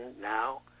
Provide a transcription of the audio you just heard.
now